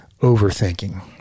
overthinking